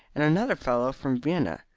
and another fellow from vienna.